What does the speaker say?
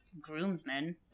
groomsmen